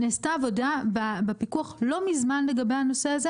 נעשתה עבודה בפיקוח לא מזמן לגבי הנושא הזה